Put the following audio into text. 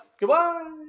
Goodbye